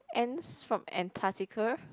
ants from Antarctica